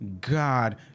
God